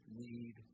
need